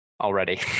Already